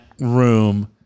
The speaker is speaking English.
room